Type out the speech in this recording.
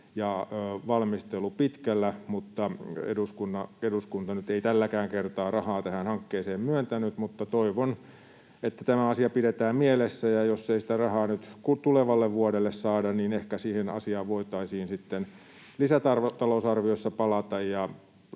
ja valmistelu pitkällä, mutta eduskunta nyt ei tälläkään kertaa rahaa tähän hankkeeseen myöntänyt. Toivon, että tämä asia pidetään mielessä, ja jos ei sitä rahaa nyt tulevalle vuodelle saada, niin ehkä siihen asiaan voitaisiin sitten lisätalousarviossa palata